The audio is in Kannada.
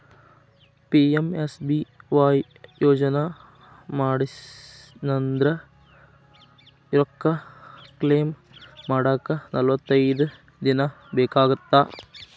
ಪಿ.ಎಂ.ಎಸ್.ಬಿ.ವಾಯ್ ಯೋಜನಾ ಮಾಡ್ಸಿನಂದ್ರ ರೊಕ್ಕ ಕ್ಲೇಮ್ ಮಾಡಾಕ ನಲವತ್ತೈದ್ ದಿನ ಬೇಕಾಗತ್ತಾ